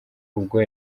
ubwo